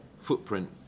footprint